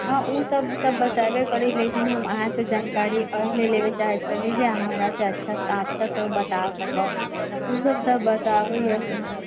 हँ उसब उसब बताइबे करि लेकिन हम अहाँसे जानकारी एहिलेल लेबय चाहे छलीह जे अहाँ हमरासे अच्छा से बता सक उसब त बताबै हीं